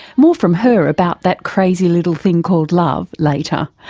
more from her about that crazy little thing called love later.